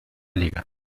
liga